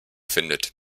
findet